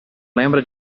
lembra